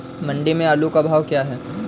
मंडी में आलू का भाव क्या है?